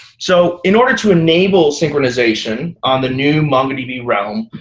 so in order to enable synchronization on the new mongodb realm,